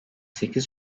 sekiz